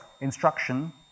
instruction